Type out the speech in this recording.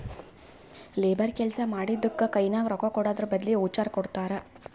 labour ಕೆಲ್ಸಾ ಮಾಡಿದ್ದುಕ್ ಕೈನಾಗ ರೊಕ್ಕಾಕೊಡದ್ರ್ ಬದ್ಲಿ ವೋಚರ್ ಕೊಡ್ತಾರ್